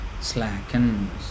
slackens